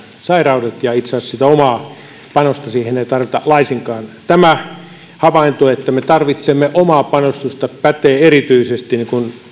sairaudet ja itse asiassa sitä omaa panosta siihen ei tarvita laisinkaan tämä havainto että me tarvitsemme omaa panostusta pätee erityisesti